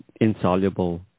insoluble